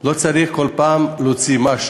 לא צריך כל פעם להוציא משהו.